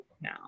now